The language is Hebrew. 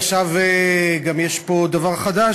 עכשיו יש פה דבר חדש,